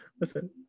Listen